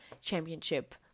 championship